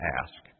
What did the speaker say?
ask